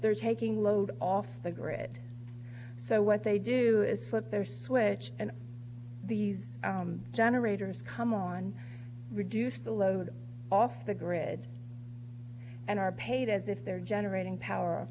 they're taking load off the grid so what they do is put their switch and these generators come on reduce the load off the grid and are paid as if they're generating power